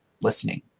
listening